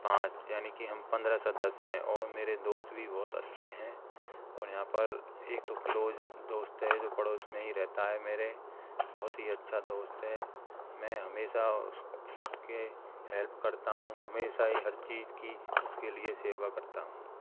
पाँच यानी की हम पन्द्रह सदस्य हैं और मेरे दोस्त भी बहुत अच्छे हैं और यहाँ पर एक तो क्लोज दोस्त है जो पड़ोस में ही रहता है मेरे बहुत ही अच्छा दोस्त मैं हमेशा उसकी हेल्प करता हूँ हमेशा ही हर चीज की उसके लिए सेवा करता हूँ